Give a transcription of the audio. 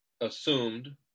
assumed